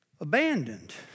abandoned